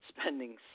spending